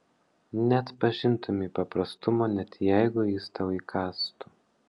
neatpažintumei paprastumo net jeigu jis tau įkąstų